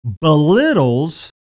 belittles